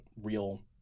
real